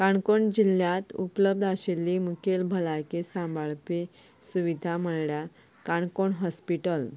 काणकोण जिल्ल्यांत उपलब्ध आशिल्ली मुखेल भलायकी सांबाळपी सुविधा म्हणल्यार काणकोण हॉस्पिटल